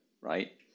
right